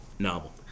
novel